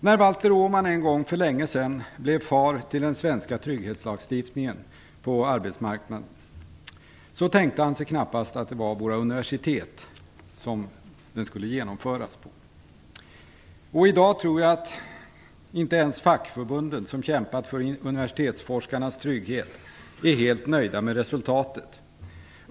När Valter Åhman en gång för länge sedan blev fader till den svenska trygghetslagstiftningen på arbetsmarknaden tänkte han sig knappast att det var på våra universitet som den skulle genomföras. I dag tror jag att inte ens fackförbunden som kämpat för universitetsforskarnas trygghet är helt nöjda med resultatet.